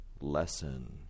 lesson